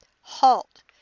halt